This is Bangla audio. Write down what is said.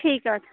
ঠিক আছে